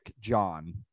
John